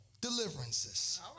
deliverances